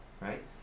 right